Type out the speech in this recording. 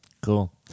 Cool